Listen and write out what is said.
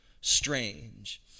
strange